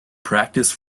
practice